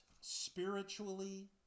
Spiritually